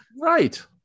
Right